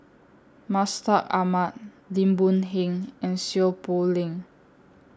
Mustaq Ahmad Lim Boon Heng and Seow Poh Leng